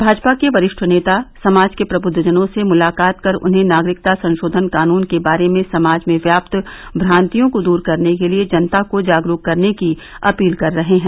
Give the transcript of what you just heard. भाजपा के वरिष्ठ नेता समाज के प्रब्दद्दजनों से मुलाकात कर उन्हें नागरिकता संशोधन कानून के बारे में समाज में व्याप्त भ्रान्तियों को दूर करने के लिये जनता को जागरूक करने की अपील कर रहे हैं